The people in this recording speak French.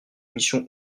mission